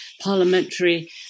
parliamentary